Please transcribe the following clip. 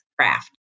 craft